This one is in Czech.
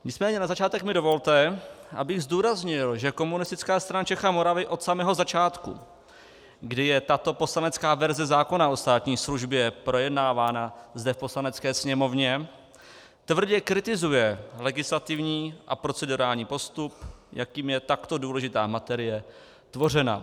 Nicméně na začátek mi dovolte, abych zdůraznil, že Komunistická strana Čech a Moravy od samého začátku, kdy je tato poslanecká verze zákona o státní službě projednávána zde v Poslanecké sněmovně, tvrdě kritizuje legislativní a procedurální postup, jakým je takto důležitá materie tvořena.